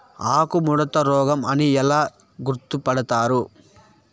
ఆకుముడత రోగం అని ఎలా గుర్తుపడతారు?